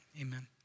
amen